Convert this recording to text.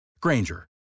Granger